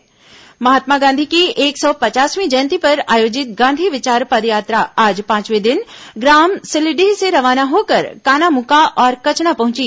गांधी विचार पदयात्रा महात्मा गांधी की एक सौ पचासवीं जयंती पर आयोजित गांधी विचार पदयात्रा आज पांचवे दिन ग्राम सिलीडीह से रवाना होकर कानामुका और कचना पहुंची